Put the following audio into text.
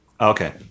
Okay